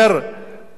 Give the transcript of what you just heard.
הנה,